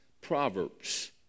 Proverbs